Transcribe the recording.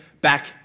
back